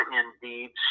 indeed